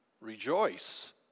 rejoice